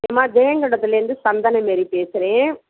யம்மா ஜெயங்கொண்டத்துலேர்ந்து சந்தன மேரி பேசுகிறேன்